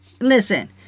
Listen